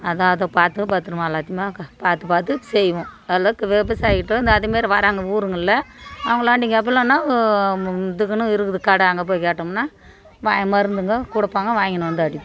அதான் அதை பார்த்து பத்திரமா எல்லாத்தையுமே பார்த்து பார்த்து செய்வோம் அதில் விவசாயிகிட்ட இருந்து அதே மாரி வராங்க ஊருங்களில் அவங்களாம் நீங்கள் எப்படிலான்னா இதுக்குன்னு இருக்குது கடை அங்கே போய் கேட்டோம்னா வாய் மருந்துங்க கொடுப்பாங்க வாங்கின்னு வந்து அடிப்போம்